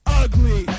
ugly